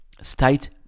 State